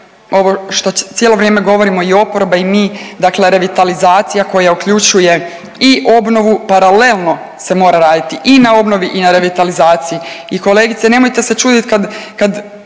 ovo što cijelo vrijeme govorimo i oporba i mi, dakle revitalizacija koja uključuje i obnovu paralelno se mora raditi i na obnovi i na revitalizaciji. I kolegice nemojte se čudit kad,